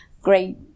great